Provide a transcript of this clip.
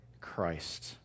Christ